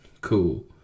Cool